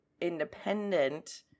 independent